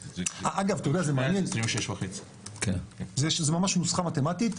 אגב, אתה יודע, זה ממש נוסחה מתמטית,